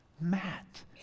Matt